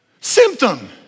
Symptom